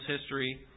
history